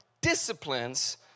disciplines